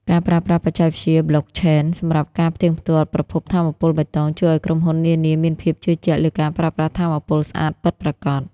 ការប្រើប្រាស់បច្ចេកវិទ្យាប្លុកឆេន សម្រាប់ការផ្ទៀងផ្ទាត់ប្រភពថាមពលបៃតង ជួយឱ្យក្រុមហ៊ុននានាមានភាពជឿជាក់លើការប្រើប្រាស់ថាមពលស្អាតពិតប្រាកដ។